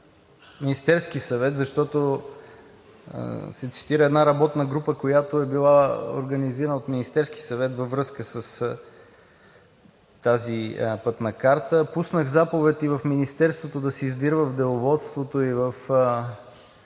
Министерския съвет, защото се цитира една работна група, която е била организирана от Министерския съвет във връзка с тази пътна карта. Пуснах заповед и в Министерството да се издирва в Деловодството и в